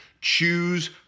Choose